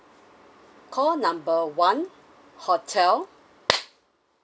call number one hotel